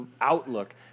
outlook